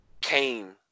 came